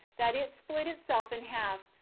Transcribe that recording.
that it split itself in half,